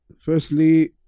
firstly